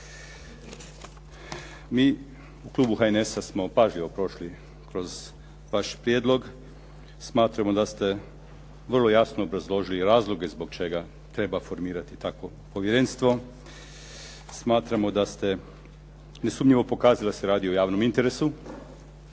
Mi u klubu HNS-a smo pažljivo prošli kroz vaš prijedlog. Smatramo da ste vrlo jasno obrazložili razloge zbog čega treba formirati takvo povjerenstvo. Smatramo da ste nesumnjivo pokazali da se radi o javnom interesu.